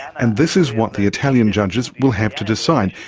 and this is what the italian judges will have to decide,